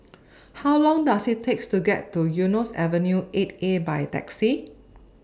How Long Does IT takes to get to Eunos Avenue eight A By Taxi